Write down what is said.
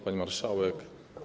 Pani Marszałek!